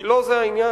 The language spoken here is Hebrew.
כי לא זה העניין.